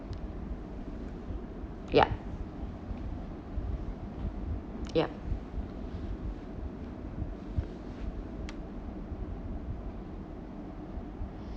ya ya